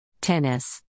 Tennis